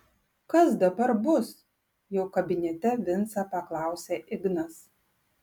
kas dabar bus jau kabinete vincą paklausė ignas